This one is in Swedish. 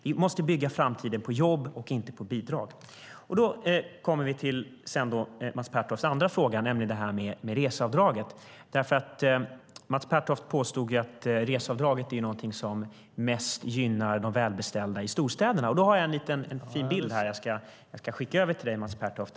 Vi måste bygga framtiden på jobb och inte på bidrag. Sedan har vi Mats Pertofts andra fråga, den om reseavdrag. Mats Pertoft påstår att reseavdraget mest gynnar de välbeställda i storstäderna. Jag har en fin bild i min mobil som jag ska skicka till Mats Pertoft.